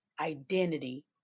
identity